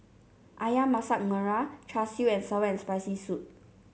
ayam Masak Merah Char Siu and sour and Spicy Soup